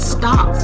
stop